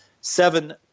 seven